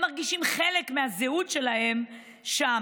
הם מרגישים חלק מהזהות שלהם שם,